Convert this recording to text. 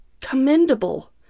commendable